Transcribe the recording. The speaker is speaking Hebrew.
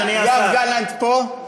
יואב גלנט פה?